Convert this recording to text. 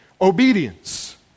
obedience